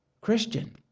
Christian